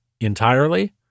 entirely